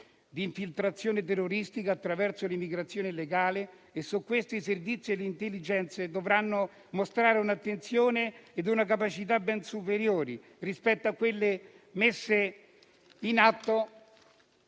di infiltrazione terroristica attraverso l'immigrazione illegale e su questo i Servizi e le *intelligence* dovranno mostrare un'attenzione e una capacità ben superiori rispetto a quelle messe in atto